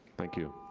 thank you.